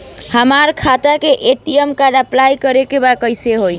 हमार खाता के ए.टी.एम कार्ड अप्लाई करे के बा कैसे होई?